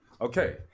okay